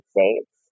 States